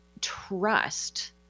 trust